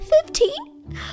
Fifteen